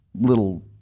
little